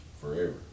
forever